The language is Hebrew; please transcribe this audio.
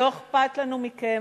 לא אכפת לנו מכם,